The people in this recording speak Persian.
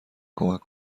کمک